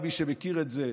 ומי שמכיר את זה,